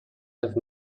have